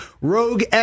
Rogue